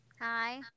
Hi